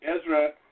Ezra